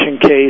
case